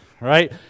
Right